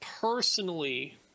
personally